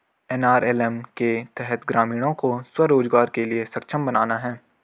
NRLM के तहत ग्रामीणों को स्व रोजगार के लिए सक्षम बनाना है